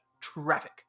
traffic